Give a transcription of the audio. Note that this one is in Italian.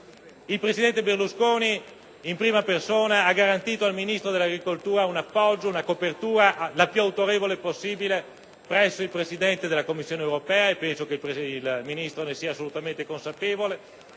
Il presidente Berlusconi in prima persona ha garantito al Ministro dell'agricoltura un appoggio, una copertura, la più autorevole possibile, presso il Presidente della Commissione europea e penso che il Ministro ne sia assolutamente consapevole.